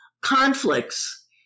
conflicts